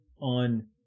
on